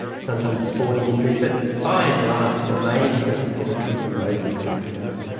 sometimes sporting injuries, but by and large the main group of people come from motor vehicle accidents.